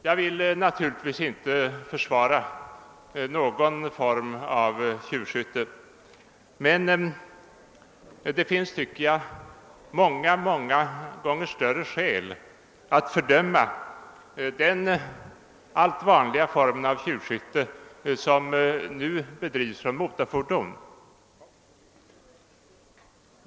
Jag vill naturligtvis inte försvara nå gon form av tjuvskytte, men det finns, tycker jag, många gånger större skäl att fördöma den nu allt vanligare formen av tjuvskytte som bedrivs från motorfordon.